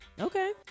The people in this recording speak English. Okay